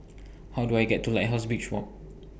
How Do I get to Lighthouse Beach Walk